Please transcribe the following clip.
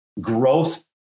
growth